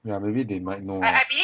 yeah maybe they might know